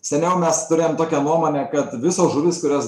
seniau mes turėjom tokią nuomonę kad visos žuvys kurios